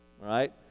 right